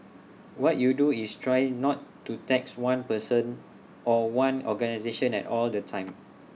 what you do is try not to tax one person or one organisation at all the time